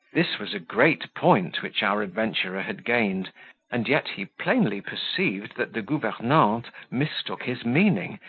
this was a great point which our adventurer had gained and yet he plainly perceived that the governante mistook his meaning,